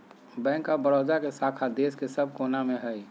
bank of Baroda के शाखा देश के सब कोना मे हय